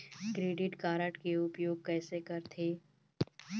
Credit card के उपयोग कैसे करथे?